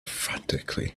frantically